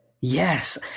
Yes